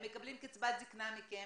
הם מקבלים קצבת זקנה מכם,